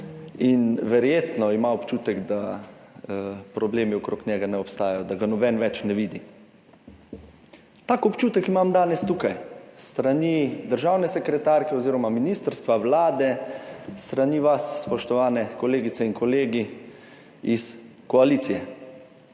Verjetno ima občutek, da problemi okrog njega ne obstajajo, da ga noben več ne vidi. Tak občutek imam danes tukaj s strani državne sekretarke oziroma ministrstva, Vlade, s strani vas, spoštovane kolegice in kolegi iz koalicije.